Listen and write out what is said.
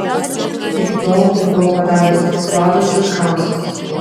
iki tol tai buvo padaręs tik vladas vitkauskas